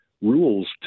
rules